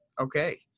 okay